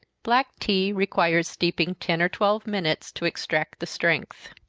black tea requires steeping ten or twelve minutes to extract the strength.